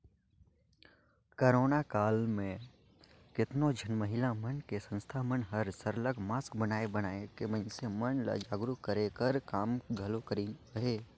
corona काल म केतनो झन महिला मन के संस्था मन हर सरलग मास्क बनाए बनाए के मइनसे मन ल जागरूक करे कर काम घलो करिन अहें